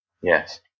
Yes